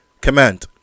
command